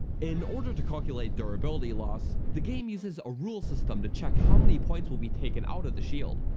in order to calculate durability loss, the game uses a rule system to check how many points will be taken out of the shield.